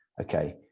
okay